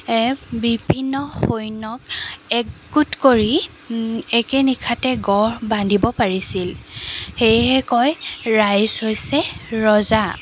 বিভিন্ন সৈন্যক একগোট কৰি একে নিশাতে গঢ় বান্ধিব পাৰিছিল সেয়েহে কয় ৰাইজ হৈছে ৰজা